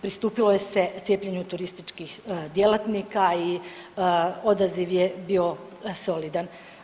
Pristupilo je se cijepljenju turističkih djelatnika i odaziv je bio solidan.